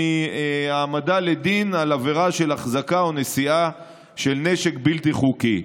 מהעמדה לדין על עבירה של החזקה או נשיאה של נשק בלתי חוקי.